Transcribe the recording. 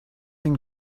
den